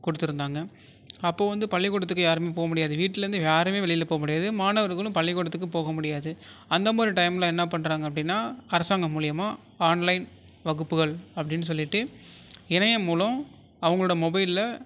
கொடுத்துருந்தாங்க அப்போ வந்து பள்ளிகூடத்துக்கு யாருமே போகமுடியாது வீட்டில் இருந்து யாருமே வெளியில போகமுடியாது மாணவர்களும் பள்ளிக்கூடத்துக்கு போக முடியாது அந்தமாதிரி டைமில் என்ன பண்ணுறாங்க அப்படினா அரசாங்கம் மூலியமாக ஆன்லைன் வகுப்புகள் அப்படினு சொல்லிவிட்டு இணையம் மூலம் அவங்களோட மொபைலில்